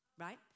right